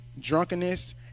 drunkenness